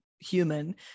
Human